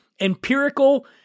empirical